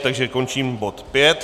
Takže končím bod 5.